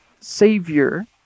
Savior